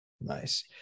Nice